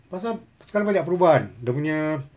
pasal sekarang banyak perubahan dia punya